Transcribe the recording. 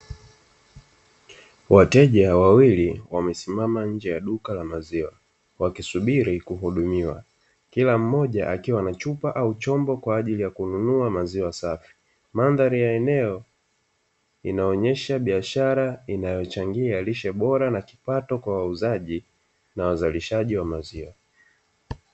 Wateja wawili wamesimama nje ya duka la maziwa, wakisubiri kuhudumiwa, kila mmoja akiwa na chupa au chombo kwa ajili ya kununua maziwa safi. Mandhari ya eneo inaonesha biashara inayochangia lishe bora na kipato kwa wauzaji na wazalishaji wa maziwa.